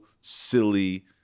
silly